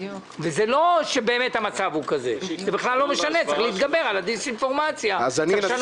והנה אני מדבר על התכנון.